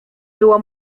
było